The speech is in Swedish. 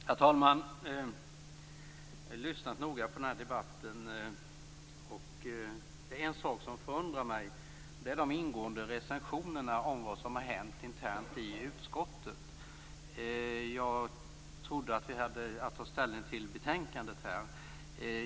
Herr talman! Jag har lyssnat noga på denna debatt. Det är en sak som förundrar mig, nämligen de ingående recensionerna av vad som har hänt internt i utskottet. Jag trodde att vi hade att ta ställning till betänkandet nu.